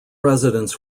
residents